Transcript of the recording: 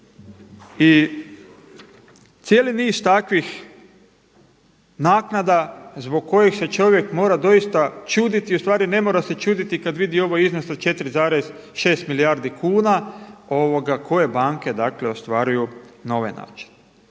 I cijeli niz takvih naknada zbog kojih se čovjek mora doista čuditi, ustvari ne mora se čuditi kada vidi ovaj iznos od 4,6 milijardi kuna koje banke dakle ostvaruju na ovaj način.